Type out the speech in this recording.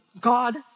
God